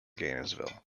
gainesville